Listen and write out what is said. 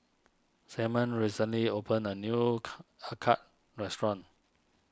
Simeon recently opened a new car Acar restaurant